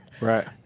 Right